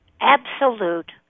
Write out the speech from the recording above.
absolute